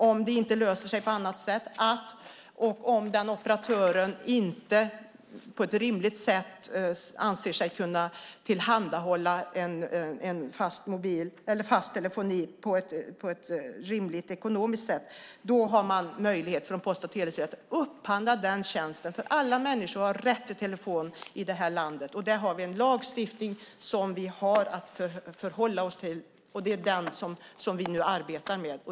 Om det inte löser sig på annat sätt och om den operatören inte anser sig kunna tillhandahålla fast telefoni på ett rimligt ekonomiskt sätt har man möjlighet från Post och telestyrelsens sida att upphandla den tjänsten, för alla människor i det här landet har rätt till telefon. Vi har en lagstiftning som vi har att förhålla oss till. Det är den som vi nu arbetar med.